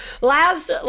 last